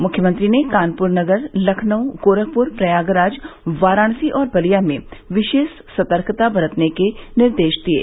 मुख्यमंत्री ने कानपुर नगर लखनऊ गोरखपुर प्रयागराज वाराणसी और बलिया में विशेष सतर्कता बरतने के निर्देश दिये